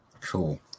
Cool